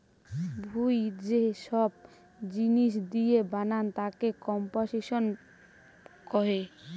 ভুঁই যে সব জিনিস দিয়ে বানান তাকে কম্পোসিশন কহে